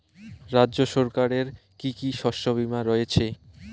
রাজ্য সরকারের কি কি শস্য বিমা রয়েছে?